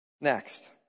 Next